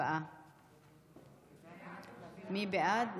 מי בעד?